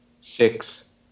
six